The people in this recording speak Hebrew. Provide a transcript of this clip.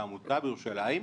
בירושלים.